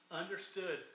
understood